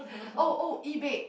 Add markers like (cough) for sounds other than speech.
(breath) oh oh E bake